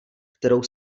kterou